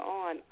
on